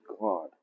God